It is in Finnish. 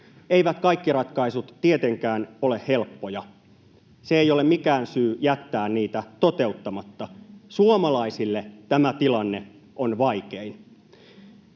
Eivät kaikki ratkaisut tietenkään ole helppoja, se ei ole mikään syy jättää niitä toteuttamatta. Suomalaisille tämä tilanne on vaikein.